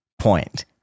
point